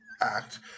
act